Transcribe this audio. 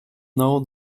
know